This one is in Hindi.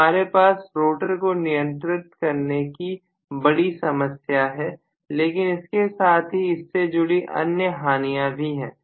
तो हमारे पास रोटर को नियंत्रण करने की बड़ी समस्या है लेकिन इसके साथ ही इससे जुड़ी अन्य हानिया भी है